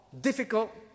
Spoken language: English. difficult